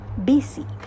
BC